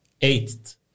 eight